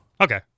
Okay